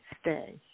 stay